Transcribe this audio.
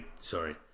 sorry